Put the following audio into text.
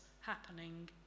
happening